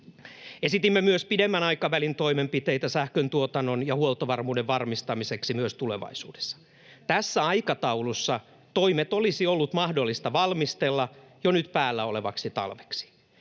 Esitimme myös pidemmän aikavälin toimenpiteitä sähköntuotannon ja huoltovarmuuden varmistamiseksi myös tulevaisuudessa. Tässä aikataulussa toimet olisi ollut mahdollista valmistella jo nyt päällä olevaksi talveksi.